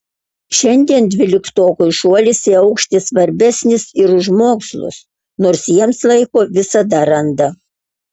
šiandien dvyliktokui šuolis į aukštį svarbesnis ir už mokslus nors jiems laiko visada randa